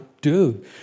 dude